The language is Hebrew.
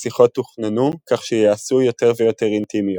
השיחות תוכננו כך שייעשו יותר ויותר אינטימיות.